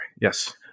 Yes